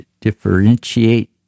differentiate